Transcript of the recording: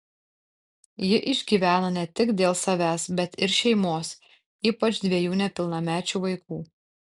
ji išgyvena ne tik dėl savęs bet ir šeimos ypač dviejų nepilnamečių vaikų